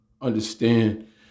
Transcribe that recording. understand